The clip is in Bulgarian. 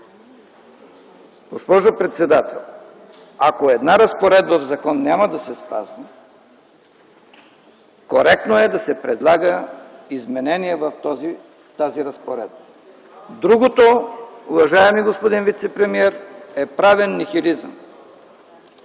Госпожо председател, ако една разпоредба в закон няма да се спазва, коректно е да се предлага изменение в тази разпоредба. Другото, уважаеми господин вицепремиер, е правен нихилизъм.